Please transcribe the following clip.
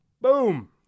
Boom